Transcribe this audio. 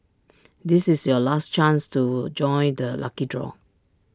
this is your last chance to join the lucky draw